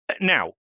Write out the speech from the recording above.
Now